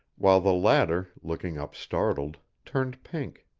while the latter, looking up startled, turned pink.